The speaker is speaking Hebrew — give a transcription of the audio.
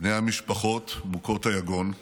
בני המשפחות מוכות היגון.